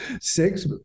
six